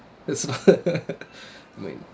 it's not when